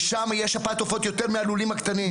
ושם יש שפעת עופות יותר מבלולים הקטנים.